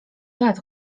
lat